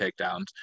takedowns